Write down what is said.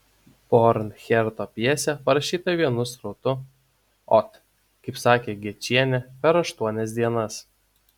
borcherto pjesė parašyta vienu srautu ot kaip sakė gečienė per aštuonias dienas